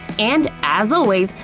and as always,